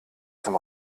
zum